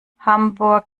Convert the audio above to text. hamburg